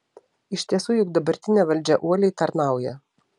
iš tiesų juk dabartinė valdžia uoliai tarnauja